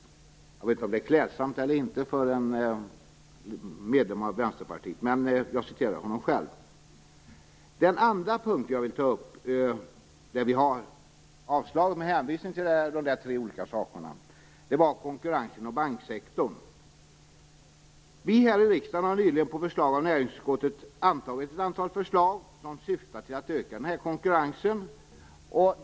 Jag vet inte om det är klädsamt eller inte för en medlem i Vänsterpartiet, men så sade han själv. Den andra punkten som jag vill ta upp, där vi vill ha ett avslag med hänvisning till de tre olika saker jag nämnde i början, är konkurrens inom banksektorn. Här i riksdagen har vi nyligen antagit ett antal förslag av näringsutskottet som syftar till att öka konkurrensen.